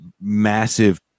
massive